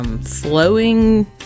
Flowing